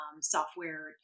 software